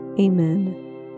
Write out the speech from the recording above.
Amen